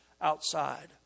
outside